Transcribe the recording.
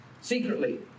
secretly